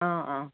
অঁ অঁ